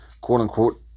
quote-unquote